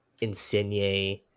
insigne